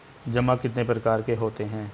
जमा कितने प्रकार के होते हैं?